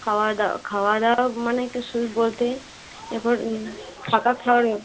খাওয়া দা খাওয়া দাওয়া মানে একটু বলতে এরপর থাকা খাওয়ার